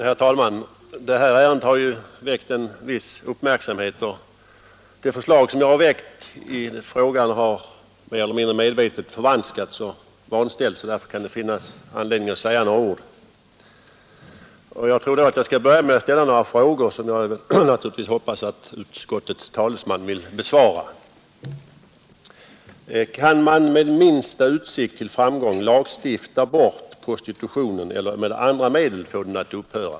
Herr talman! Det här ärendet har ju väckt en viss uppmärksamhet och det förslag som jag har framlagt i frågan har mer eller mindre medvetet förvanskats och vanställts. Därför kan det finnas anledning att säga några ord. Jag tror att jag skall börja med att ställa några frågor, som jag hoppas att utskottets talesman vill besvara: 1. Kan man med minsta utsikt till framgång lagstifta bort prostitutionen eller med andra medel få den att upphöra?